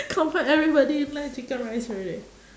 comfort everybody like chicken rice already